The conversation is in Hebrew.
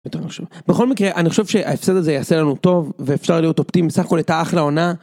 בכל מקרה אני חושב שההפסד הזה יעשה לנו טוב ואפשר להיות אופטימי סך הכל הייתה אחלה עונה.